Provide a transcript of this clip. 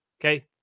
okay